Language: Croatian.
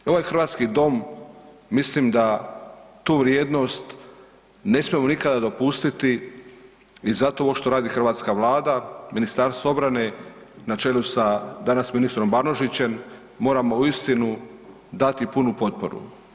Ovaj hrvatski dom mislim da tu vrijednost ne smijemo nikada dopustiti i zato ovo što radi hrvatska vlada, Ministarstvo obrane na čelu sa danas ministrom Banožićem moramo uistinu dati punu potporu.